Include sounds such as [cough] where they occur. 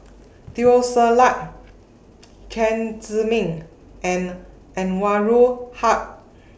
[noise] Teo Ser Luck [noise] Chen Zhiming and Anwarul Haque